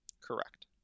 Correct